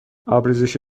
آبریزش